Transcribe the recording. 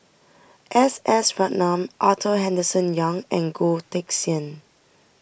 S S Ratnam Arthur Henderson Young and Goh Teck Sian